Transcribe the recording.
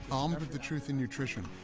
armed with the truth in nutrition,